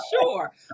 sure